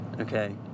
okay